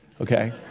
okay